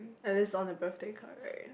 at least on the birthday card right